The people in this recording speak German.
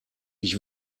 ich